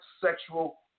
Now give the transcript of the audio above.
sexual